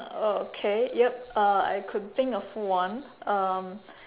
uh okay yup uh I could think of one um